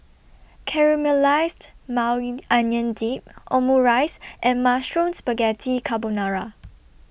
Caramelized Maui Onion Dip Omurice and Mushroom Spaghetti Carbonara